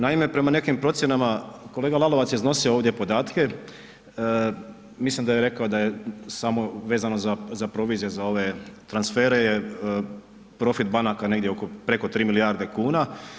Naime, prema nekim procjenama, kolega Lalovac je iznosio ovdje podatke, mislim da je rekao da je samo vezano za provizije za ove transfere je profit banaka negdje oko, preko 3 milijarde kuna.